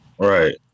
Right